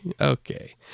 Okay